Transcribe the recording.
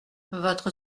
votre